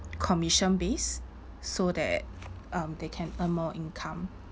commission based so that um they can earn more income